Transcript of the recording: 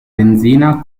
benzina